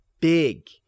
big